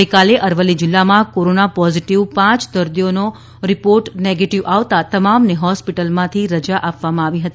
ગઇકાલે અરવલ્લી જિલ્લામાં corona positive પાંચ દર્દીઓનો પોઝિટિવ રીપોર્ટ નેગેટિવ આવતા તમામને હોસ્પિટલમાં રજા આપવામાં આવી હતી